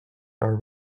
are